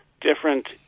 different